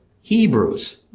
Hebrews